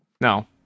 No